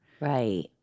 Right